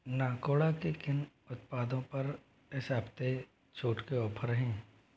नाकोड़ा के किन उत्पादों पर इस हफ़्ते छूट के ऑफ़र हैं